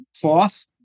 cloth